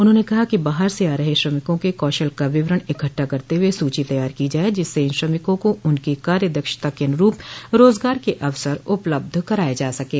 उन्होंने कहा कि बाहर से आ रहे श्रमिकों के कौशल का विवरण इकट्ठा करते हुए सूची तैयार की जाए जिससे इन श्रमिकों को उनकी कार्य दक्षता के अनुरूप रोजगार के अवसर उपलब्ध कराये जा सकें